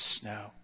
snow